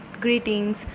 greetings